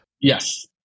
Yes